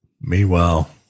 Meanwhile